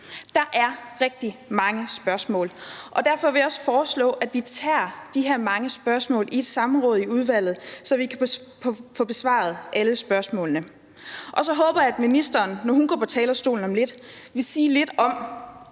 Der er rigtig mange spørgsmål, og derfor vil jeg også foreslå, at vi tager de her mange spørgsmål i et samråd i udvalget, så vi kan få besvaret dem alle. Og så håber jeg, at ministeren, når hun går på talerstolen om lidt, vil sige lidt om,